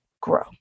grow